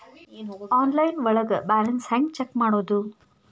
Online ಒಳಗೆ balance ಹ್ಯಾಂಗ check ಮಾಡೋದು?